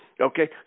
okay